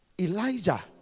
Elijah